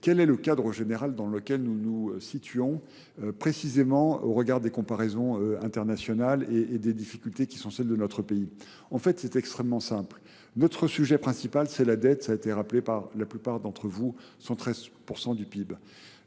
Quel est le cadre général dans lequel nous nous situons, précisément au regard des comparaisons internationales et des difficultés qui sont celles de notre pays ? En fait, c'est extrêmement simple. Notre sujet principal, c'est la dette. Ça a été rappelé par la plupart d'entre vous, son 13% du PIB.